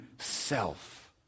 self